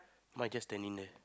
my guest standing there